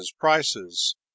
prices